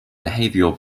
behavioral